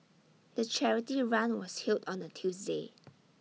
the charity run was held on A Tuesday